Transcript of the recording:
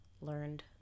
learned